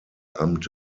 amt